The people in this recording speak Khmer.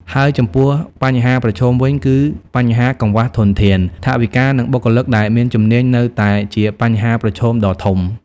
ហើយចំំពោះបញ្ហាប្រឈមវិញ គឺបញ្ហាកង្វះធនធាន ថវិកា និងបុគ្គលិកដែលមានជំនាញនៅតែជាបញ្ហាប្រឈមដ៏ធំ។